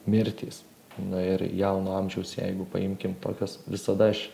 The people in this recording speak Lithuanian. mirtys na ir jauno amžiaus jeigu paimkim tokias visada aš